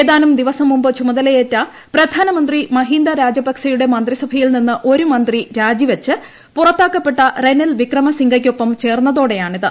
ഏതാനും ദിവസം മുമ്പ് ചുമതലയേറ്റ പ്രധാനമന്ത്രി മഹിന്ദാ രാജ പാക്സെയുടെ മന്ത്രിസഭയിൽ നിന്ന് ഒരു മന്ത്രി രാജി വച്ച് പുറത്താക്കപ്പെട്ട റനിൽ വിക്രമസിംഗയ്ക്കൊപ്പം ചേർന്നതോടെയാണിത്